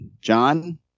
John